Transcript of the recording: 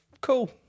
cool